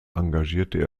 engagierte